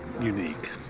unique